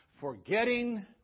Forgetting